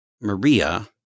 Maria